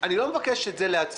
אני לא מבקש את זה לעצמי.